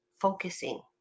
focusing